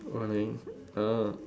bowling uh